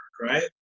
right